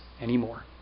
anymore